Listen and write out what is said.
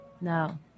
No